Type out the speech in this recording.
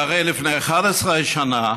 הרי לפני 11 שנה